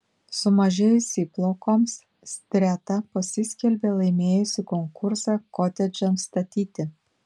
sumažėjus įplaukoms streta pasiskelbė laimėjusi konkursą kotedžams statyti